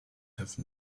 have